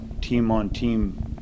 team-on-team